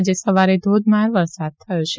આજે સવારે ધોધમાર વરસાદ થયો છે